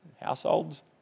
Households